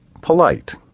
polite